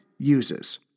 uses